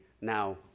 now